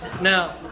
Now